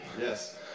Yes